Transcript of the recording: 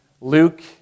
Luke